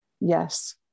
Yes